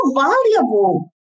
valuable